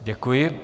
Děkuji.